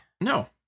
No